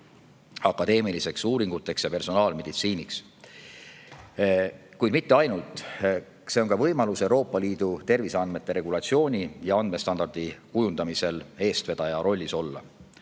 akadeemilisteks uuringuteks ja personaalmeditsiiniks, millest siin oli ka juttu. Kuid mitte ainult! See on ka võimalus Euroopa Liidu terviseandmete regulatsiooni ja andmestandardi kujundamisel eestvedaja rollis olla.